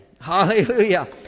Hallelujah